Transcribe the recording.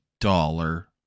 dollar